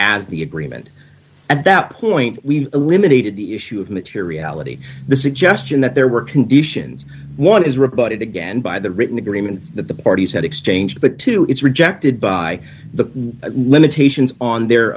as the agreement at that point we eliminated the issue of materiality the suggestion that there were conditions one is rebutted again by the written agreements that the parties had exchanged but two it's rejected by the limitations on their